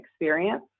experience